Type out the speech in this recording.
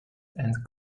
and